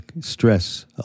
stress